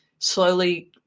slowly